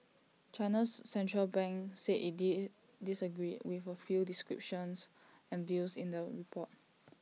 China's Central Bank said IT disagreed with A few descriptions and views in the report